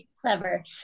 clever